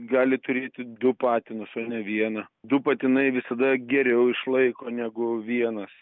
gali turėti du patinus o ne vieną du patinai visada geriau išlaiko negu vienas